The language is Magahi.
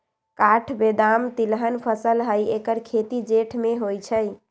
काठ बेदाम तिलहन फसल हई ऐकर खेती जेठ में होइ छइ